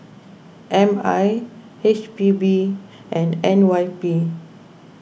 M I H P B and N Y P